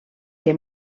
que